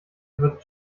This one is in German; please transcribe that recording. wird